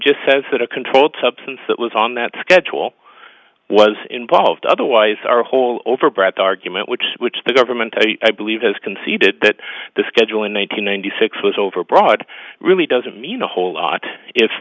just says that a controlled substance that was on that schedule was involved otherwise our whole overbright argument which is which the government i believe has conceded that the schedule in one thousand nine hundred six was overbroad really doesn't mean a whole lot if